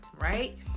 right